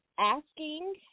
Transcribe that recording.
Asking